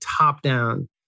top-down